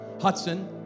Hudson